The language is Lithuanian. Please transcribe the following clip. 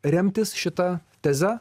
remtis šita teze